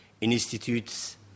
institutes